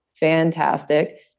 fantastic